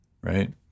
right